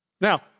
Now